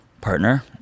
partner